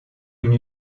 une